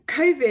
COVID